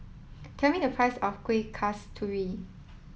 tell me the price of Kueh Kasturi